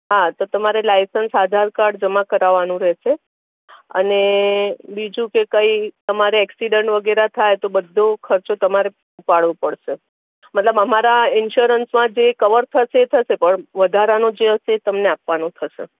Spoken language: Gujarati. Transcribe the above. હા તો તમારે લાઇસન્સ આધાર કાર્ડ જમા કરાવવાનું રહેશે અને બીજું કે કંઈ તમારે એક્સિડેન વગેરે થાય તો બધો ખર્ચો તમારે ઉપાડવો પડશે મતલબ અમારા ઇનસ્યોરન્સમાં જે કવર થશે એ થશે પણ વધારાનો જે હશે એ તમને આપવાનો થશે